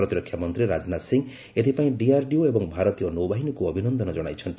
ପ୍ରତିରକ୍ଷାମନ୍ତ୍ରୀ ରାଜନାଥ ସିଂ ଏଥିପାଇଁ DRDO ଭାରତୀୟ ନୌବାହିନୀକୁ ଅଭିନନ୍ଦନ ଜଣାଇଛନ୍ତି